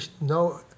no